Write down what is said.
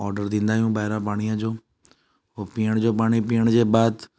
order ॾींदा आहियूं ॿाहिरा पाणी जो ऐं पीअण जो पाणी पीअण जे बैदि